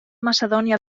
macedònia